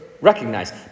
recognize